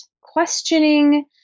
questioning